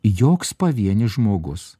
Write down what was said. joks pavienis žmogus